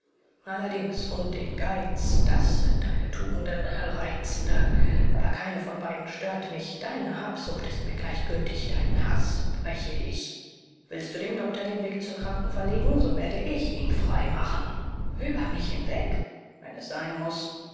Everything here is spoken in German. allerdings und den geiz das sind deine tugenden reizende aber keine von beiden stört mich deine habsucht ist mir gleichgültig deinen haß breche ich willst du dem doktor den weg zur kranken verlegen so werde ich ihn frei machen über mich hinweg wenn es sein muß